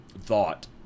thought